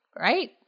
Right